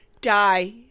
die